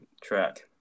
track